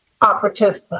Operative